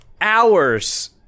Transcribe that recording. hours